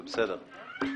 זה בסדר.